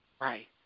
right